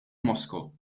moscow